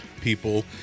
people